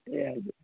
ए हजुर